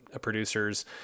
producers